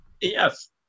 yes